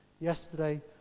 yesterday